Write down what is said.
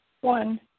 One